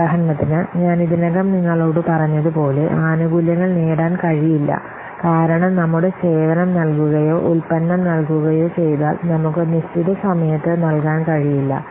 ഉദാഹരണത്തിന് ഞാൻ ഇതിനകം നിങ്ങളോട് പറഞ്ഞതുപോലെ ആനുകൂല്യങ്ങൾ നേടാൻ കഴിയില്ല കാരണം നമ്മുടെ സേവനം നൽകുകയോ ഉൽപ്പന്നം നൽകുകയോ ചെയ്താൽ നമ്മുക്ക് നിശ്ചിത സമയത്ത് നൽകാൻ കഴിയില്ല